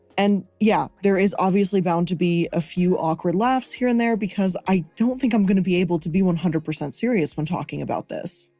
and yeah, there is obviously bound to be a few awkward laughs here and there because i don't think i'm gonna be able to be one hundred percent serious when talking about this.